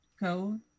go